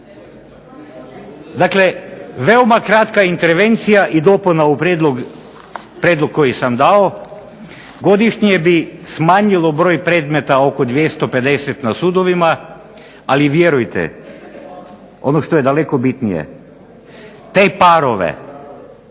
Dakle, veoma kratka intervencija i dopuna prijedlog koji sam dao godišnje bi smanjilo broj predmeta oko 250 na sudovima, ali vjerujte ono što je daleko bitnije te parove